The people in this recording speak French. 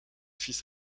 fils